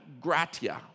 gratia